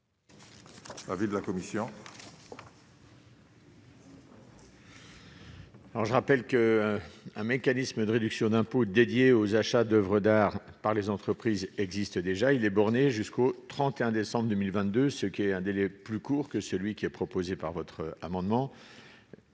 Avis de la commission.